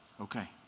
Okay